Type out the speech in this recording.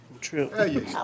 True